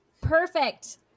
Perfect